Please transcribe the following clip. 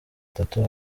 atatu